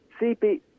CP